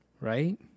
right